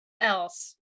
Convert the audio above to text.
else